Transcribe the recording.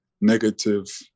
negative